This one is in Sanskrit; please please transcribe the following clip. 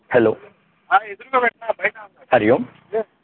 हलो हरि ओम्